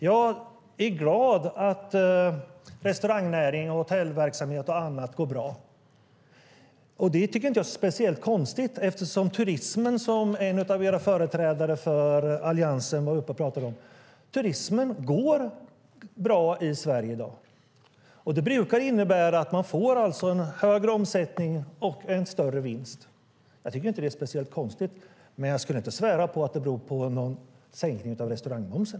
Jag är glad att restaurangnäring, hotellverksamhet och annat går bra. Jag tycker inte att det är speciellt konstigt eftersom turismen går bra i Sverige i dag, som en av era företrädare för Alliansen var uppe och talade om. Det brukar innebära att man får en högre omsättning och en större vinst. Jag tycker alltså inte att det är speciellt konstigt, men jag skulle inte svära på att det beror på någon sänkning av restaurangmomsen.